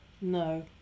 No